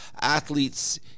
athletes